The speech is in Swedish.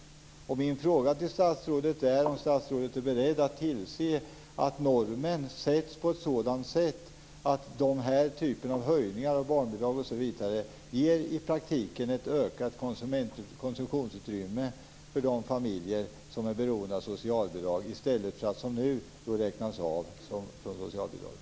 Min fråga till statsrådet är om statsrådet är beredd att tillse att normen sänks på ett sådant sätt att den här typen av höjningar av barnbidrag osv. i praktiken ger ett ökat konsumtionsutrymme för de familjer som är beroende av socialbidrag i stället för att som nu räknas av från socialbidraget.